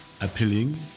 appealing